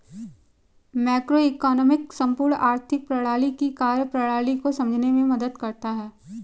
macroeconomics संपूर्ण आर्थिक प्रणाली की कार्यप्रणाली को समझने में मदद करता है